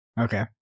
Okay